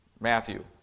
Matthew